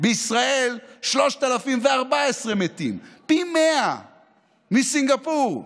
ובישראל 3,014 מתים, פי 100 מסינגפור.